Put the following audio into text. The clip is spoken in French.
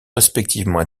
respectivement